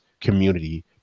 community